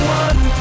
one